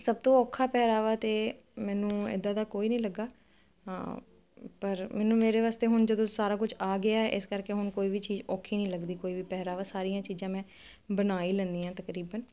ਸਭ ਤੋਂ ਔਖਾ ਪਹਿਰਾਵਾ ਤੇ ਮੈਨੂੰ ਇਦਾਂ ਦਾ ਕੋਈ ਨਹੀਂ ਲੱਗਾ ਹਾਂ ਪਰ ਮੈਨੂੰ ਮੇਰੇ ਵਾਸਤੇ ਹੁਣ ਜਦੋਂ ਸਾਰਾ ਕੁਝ ਆ ਗਿਆ ਇਸ ਕਰਕੇ ਹੁਣ ਕੋਈ ਵੀ ਚੀਜ਼ ਔਖੀ ਨੀ ਲੱਗਦੀ ਪਹਿਰਾਵਾ ਸਾਰੀਆਂ ਚੀਜ਼ਾਂ ਮੈਂ ਬਣਾ ਹੀ ਲੈਦੀ ਆ ਤਕਰੀਬਨ